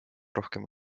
rohkem